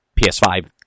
PS5